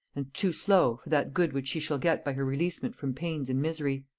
and too slow, for that good which she shall get by her releasement from pains and misery.